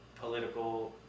political